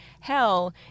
hell